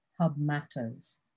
#HubMatters